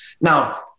Now